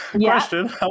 question